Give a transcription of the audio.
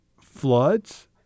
floods